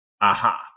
aha